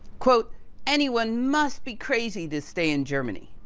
anyone must be crazy to stay in germany.